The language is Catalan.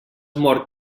mort